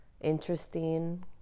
interesting